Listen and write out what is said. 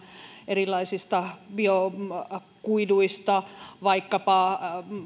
erilaisista biokuiduista vaikkapa